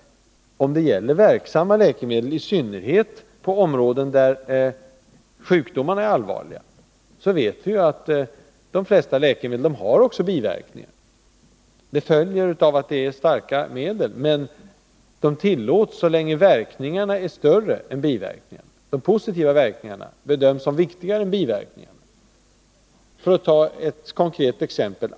När det gäller verksamma läkemedel, i synnerhet på områden där sjukdomarna är allvarliga, vet vi att de flesta medlen också har biverkningar. Det följer av att det är starka medel. Men läkemedlen tillåts så länge verkningarna är större än biverkningarna, om de positiva verkningarna bedöms som viktigare än de negativa. Jag kan ta ett konkret exempel.